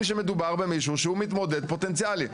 שמדובר במישהו שהוא מתמודד פוטנציאלי.